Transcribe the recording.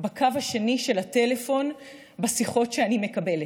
בצד השני של הטלפון בשיחות שאני מקבלת.